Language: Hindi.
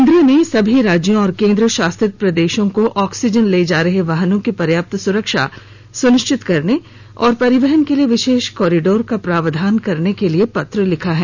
केन्द्र ने सभी राज्यों और केन्द्र शासित प्रदेशों को ऑक्सीजन ले जा रहे वाहनों की पर्याप्त सुरक्षा सुनिश्चित करने और परिवहन के लिए विशेष कॉरीडोर का प्रावधान करने के लिए पत्र लिखा है